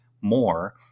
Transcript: more